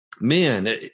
Man